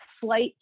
slight